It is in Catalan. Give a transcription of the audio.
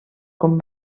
com